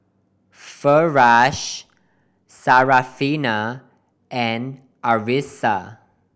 Firash Syarafina and Arissa